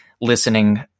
listening